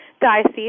diocese